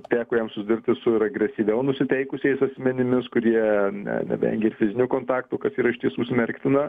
teko jam sudirbti su ir agresyviau nusiteikusiais asmenimis kurie nevengė ir fizinių kontaktų kas yra iš tiesų smerktina